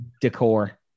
decor